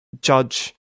judge